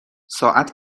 ساعت